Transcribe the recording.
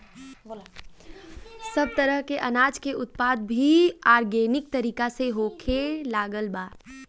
सब तरह के अनाज के उत्पादन भी आर्गेनिक तरीका से होखे लागल बा